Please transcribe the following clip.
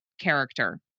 character